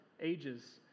ages